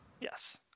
Yes